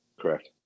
Correct